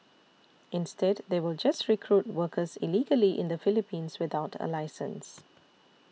instead they will just recruit workers illegally in the Philippines without a licence